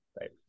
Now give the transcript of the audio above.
right